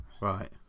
Right